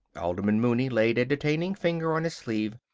alderman mooney laid a detaining finger on his sleeve.